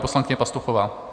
Poslankyně Pastuchová.